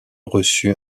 reçu